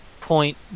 point